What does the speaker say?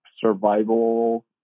survival